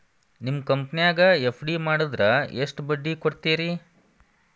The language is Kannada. ನಿಮ್ಮ ಕಂಪನ್ಯಾಗ ಎಫ್.ಡಿ ಮಾಡಿದ್ರ ಎಷ್ಟು ಬಡ್ಡಿ ಕೊಡ್ತೇರಿ?